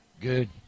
Good